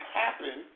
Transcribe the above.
happen